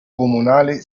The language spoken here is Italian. comunale